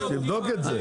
אז תבדוק את זה.